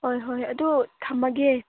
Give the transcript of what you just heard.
ꯍꯣꯏ ꯍꯣꯏ ꯑꯗꯨ ꯊꯝꯃꯒꯦ